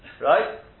right